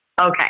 Okay